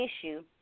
issue